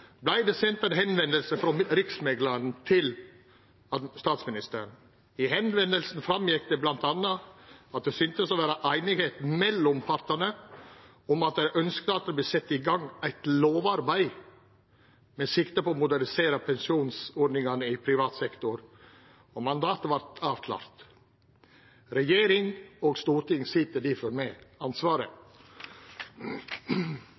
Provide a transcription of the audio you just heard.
at det syntest å vera einigheit mellom partane om at ein ynskte at det vart sett i gang eit lovarbeid med sikte på å modernisera pensjonsordningane i privat sektor, og mandatet vart avklart. Regjering og storting sit difor med ansvaret.